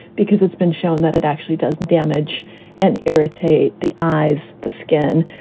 because it's been shown that it actually does damage and irritate the eyes, the skin,